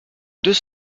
deux